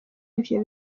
ivyo